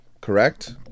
correct